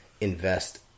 invest